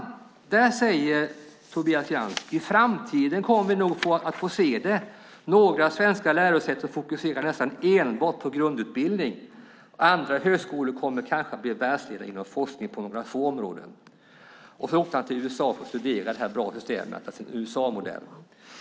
Tobias Krantz säger nämligen att vi i framtiden nog kommer att få se att några svenska lärosäten fokuserar nästan enbart på grundutbildning medan andra kanske kommer att bli världsledande inom forskning på några få områden. Sedan åkte han till USA för att studera systemet, alltså USA-modellen.